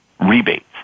rebates